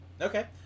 Okay